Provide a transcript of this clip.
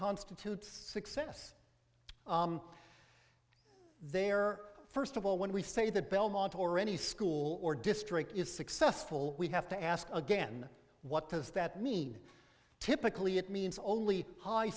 constitutes success there first of all when we say that belmont or any school or district is successful we have to ask again what does that mean typically it means only high